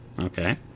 Okay